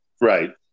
Right